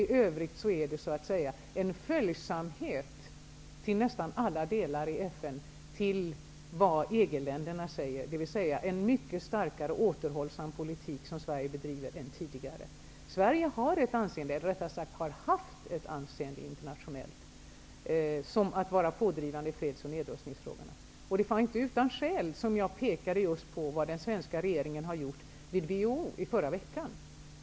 I övrigt är det en följsamhet i nästan alla delar i FN till vad EG länderna säger, dvs. Sverige bedriver en politik som är mycket starkare återhållsam än tidigare. Sverige har haft ett internationellt anseende för att vara pådrivande i freds och nedrustningsfrågorna. Det var inte utan skäl som jag pekade på vad den svenska regeringen gjorde vid WHO i förra veckan.